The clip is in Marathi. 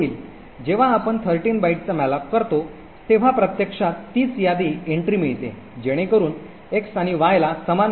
जेव्हा आपण 13 बाइटचा मॅलोक करतो तेव्हा प्रत्यक्षात तीच यादी एन्ट्री मिळते जेणेकरून एक्स आणि वायला समान पत्ता मिळेल